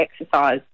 exercise